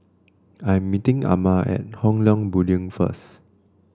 I'm meeting Amare at Hong Leong Building first